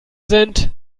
sind